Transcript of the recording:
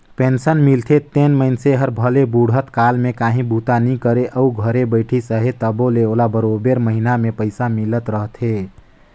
pension मिलथे तेन मइनसे हर भले बुढ़त काल में काहीं बूता नी करे अउ घरे बइठिस अहे तबो ले ओला बरोबेर महिना में पइसा मिलत रहथे